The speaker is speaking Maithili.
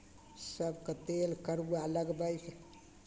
सभकेँ तेल कड़ुआ लगबयके